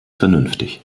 vernünftig